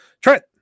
Trent